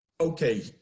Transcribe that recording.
Okay